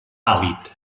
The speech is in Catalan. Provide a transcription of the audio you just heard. pàl·lid